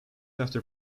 after